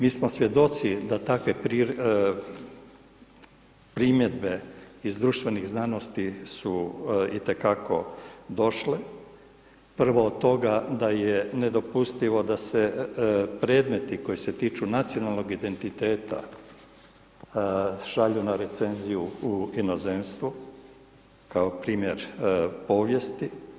Mi smo svjedoci da takve primjedbe iz društvenih znanosti su itekako došle, prvo od toga da je nedopustivo da se, predmeti koji se tiču nacionalnog identiteta šalju na recenziju u inozemstvo, kao primjer povijesti.